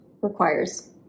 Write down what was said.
requires